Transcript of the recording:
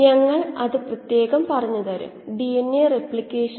ഒരു കീമോസ്റ്റാറ്റ് പ്രവർത്തനത്തിൽ ഇത് യഥാർത്ഥത്തിൽ സംഭവിക്കാം